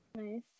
Nice